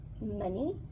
money